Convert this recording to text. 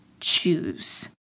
choose